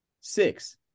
six